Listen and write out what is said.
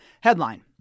Headline